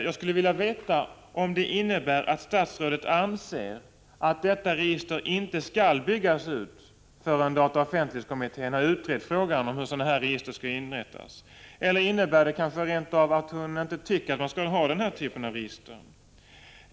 Jag skulle vilja veta om det innebär att statsrådet anser att detta register inte skall byggas ut förrän dataoch offentlighetskommittén har utrett frågan om hur sådana register skall inrättas. Eller innebär det kanske rent av att hon inte tycker att man skall ha den här typen av register?